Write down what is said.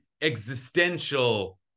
existential